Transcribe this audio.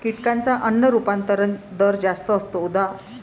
कीटकांचा अन्न रूपांतरण दर जास्त असतो, उदा